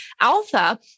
Alpha